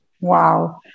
Wow